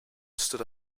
stood